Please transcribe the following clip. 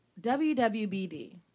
WWBD